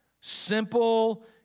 Simple